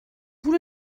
vous